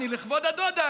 לכבוד הדודה,